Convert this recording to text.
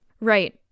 Right